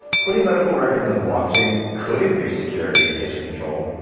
putting medical records on the blockchain, could increase security and patient control,